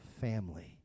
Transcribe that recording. family